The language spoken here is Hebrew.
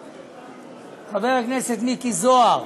חבר הכנסת מיקי זוהר,